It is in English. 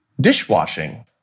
dishwashing